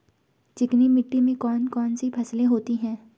चिकनी मिट्टी में कौन कौन सी फसलें होती हैं?